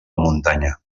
muntanya